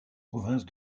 province